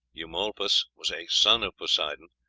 eumolpus, was a son of poseidon,